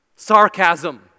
sarcasm